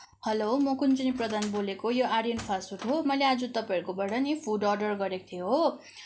हलो म कुन्जनी प्रधान बोलेको यो आर्यन फास्टफुड हो मैले आज तपाईँहरूको बाट नि फुड अर्डर गरेको थिएँ हो